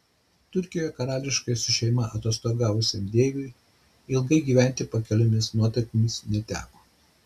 turkijoje karališkai su šeima atostogavusiam deiviui ilgai gyventi pakiliomis nuotaikomis neteko